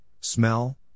smell